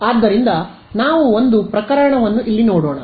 ಆದ್ದರಿಂದ ನಾವು ಒಂದು ಪ್ರಕರಣವನ್ನು ಇಲ್ಲಿ ನೋಡೋಣ